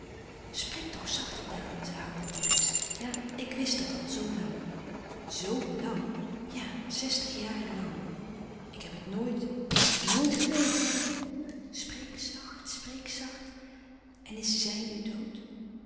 spreek toch zachter daan zei harold dercksz ja ik wist dat al zoo lang zoo làng ja zestig jaren lang ik heb het nooit ik heb het nooit geweten spreek zacht spreek zacht en is zij nu dood